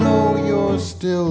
no you're still